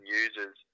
users